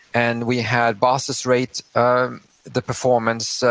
and we had bosses rate um the performance,